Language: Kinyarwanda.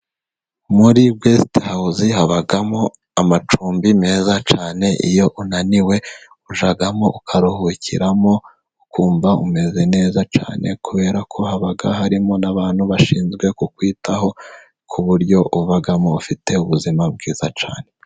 Muri Besite hawuze habamo amacumbi meza cyane. Iyo unaniwe ujyamo ukaruhukiramo, ukumva umeze neza cyane. Kubera ko haba harimo n'abantu bashinzwe kukwitaho, ku buryo ubamo ufite ubuzima bwiza cyane.